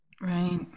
Right